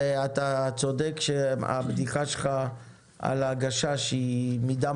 אתה צודק שהבדיחה שלך מהגשש היא בדם